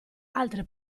altre